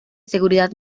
seguridad